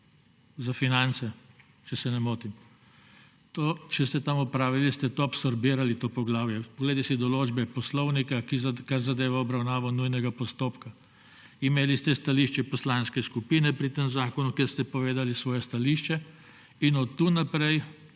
za finance, če se ne motim. To, če ste tam opravili, ste absorbirali to poglavje. Poglejte si določbe poslovnika, kar zadeva obravnavo nujnega postopka. Imeli ste stališče poslanske skupine pri tem zakonu, kjer ste povedali svoje stališče, in od tukaj naprej